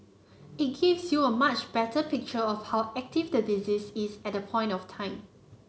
it gives you a much better picture of how active the disease is at that point of time